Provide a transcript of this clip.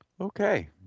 Okay